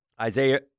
Isaiah